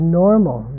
normal